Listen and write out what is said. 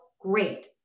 great